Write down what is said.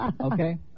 Okay